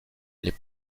les